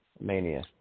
Mania